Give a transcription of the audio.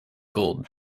gold